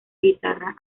guitarra